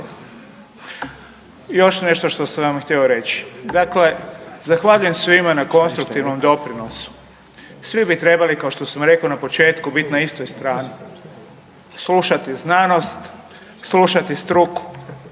Još nešto što sam htio reći. Dakle, zahvaljujem svima na konstruktivnom doprinosu. Svi bi trebali, kao što sam rekao na početku biti na istoj strani, slušati znanost, slušati struku.